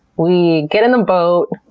we get in the boat,